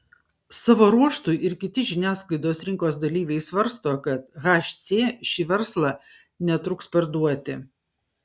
savo ruožtu ir kiti žiniasklaidos rinkos dalyviai svarsto kad hc šį verslą netruks parduoti